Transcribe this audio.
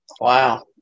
Wow